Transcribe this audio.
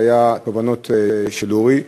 תובנות של אורי.